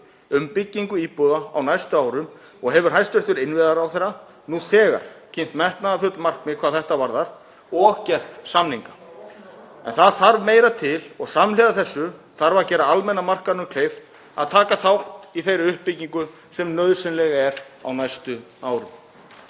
um byggingu íbúða á næstu árum og hefur hæstv. innviðaráðherra nú þegar kynnt metnaðarfull markmið hvað það varðar og gert samninga. En það þarf meira til og samhliða þessu þarf að gera almenna markaðnum kleift að taka þátt í þeirri uppbyggingu sem nauðsynleg er á næstu árum.